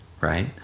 Right